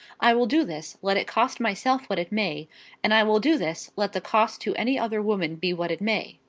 i will do this, let it cost myself what it may and i will do this let the cost to any other woman be what it may.